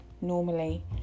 normally